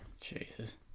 Jesus